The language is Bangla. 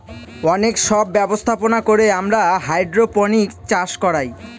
অনেক সব ব্যবস্থাপনা করে আমরা হাইড্রোপনিক্স চাষ করায়